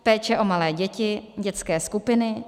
Péče o malé děti, dětské skupiny.